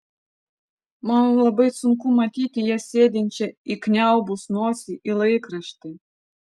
man labai sunku matyti ją sėdinčią įkniaubus nosį į laikraštį